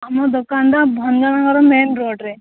ଆମ ଦୋକାନଟା ଭଞ୍ଜନଗର ମେନ୍ ରୋଡ଼୍ରେ